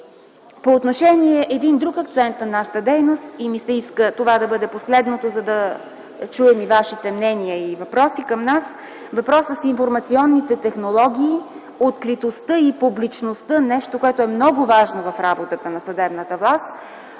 По отношение на друг акцент на нашата дейност – иска ми се това да бъде последното, което ще кажа, за да чуем вашите мнения и въпроси към нас – въпросът с информационните технологии, откритостта и публичността – нещо много важно в работата на съдебната власт.